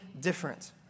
different